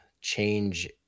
change